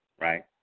right